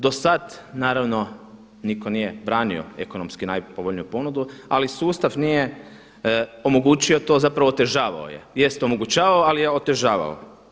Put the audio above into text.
Do sada naravno nitko nije branio ekonomski najpovoljniju ponudu, ali sustav nije omogućio to zapravo otežavao je, jest omogućavao ali je otežavao.